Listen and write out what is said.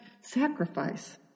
sacrifice